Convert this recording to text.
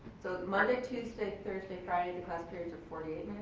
so monday, tuesday, thursday, friday, the class periods are forty eight